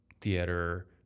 theater